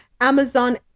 Amazon